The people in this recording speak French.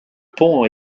pont